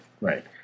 Right